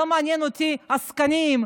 לא מעניין אותי עסקנים.